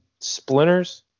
splinters